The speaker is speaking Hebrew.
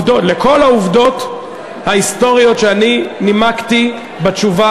לכל העובדות ההיסטוריות שאני נימקתי בתשובה